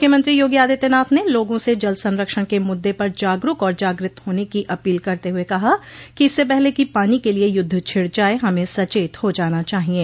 मुख्यमंत्री योगी आदित्यनाथ ने लोगों से जल संरक्षण के मुद्दे पर जागरूक और जागृत होने की अपील करते हुए कहा कि इससे पहले कि पानी के लिये युद्ध छिड़ जाये हमें सचेत हो जाना चाहिये